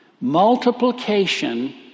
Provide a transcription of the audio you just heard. Multiplication